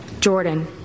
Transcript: Jordan